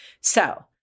So-